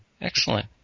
Excellent